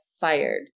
fired